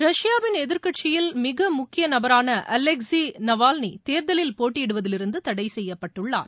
ரஷ்யாவின் எதிர்க்கட்சியில் மிக முக்கிய நபரான அலெக்ஸி நவால்னி தேர்தலில் போட்டியிடுவதிலிருந்து தடை செய்யப்பட்டுள்ளார்